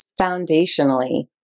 foundationally